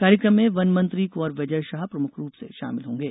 कार्यक्रम में वनमंत्री क्वर विजय शाह प्रमुख रूप से शामिल होंगे